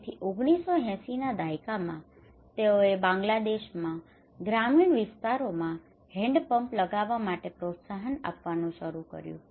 તેથી 1980 ના દાયકામાં તેઓએ બાંગ્લાદેશમાં ગ્રામીણ વિસ્તારોમાં હેન્ડપંપ લગાવવા માટે પ્રોત્સાહન આપવાનું શરૂ કર્યું